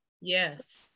Yes